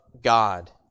God